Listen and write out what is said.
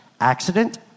accident